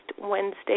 Wednesday